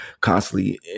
constantly